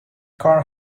car